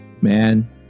man